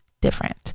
different